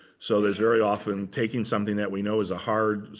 so there's very often taking something that we know is a hard,